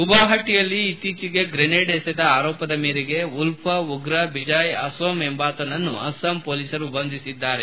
ಗುವಾಹಟಿಯಲ್ಲಿ ಇತ್ತೀಚೆಗೆ ಗ್ರೇನೆಡ್ ಎಸೆದ ಆರೋಪದ ಮೇರೆಗೆ ಉಲ್ಫಾ ಉಗ್ರ ಬಿಜಾಯ್ ಅಸೋಮ್ ಎಂಬಾತನನ್ನು ಅಸ್ಲಾಂ ಪೊಲೀಸರು ಬಂಧಿಸಿದ್ದಾರೆ